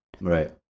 Right